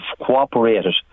cooperated